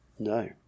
No